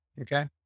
Okay